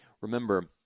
remember